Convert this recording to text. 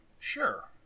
sure